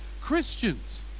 christians